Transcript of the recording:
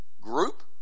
Group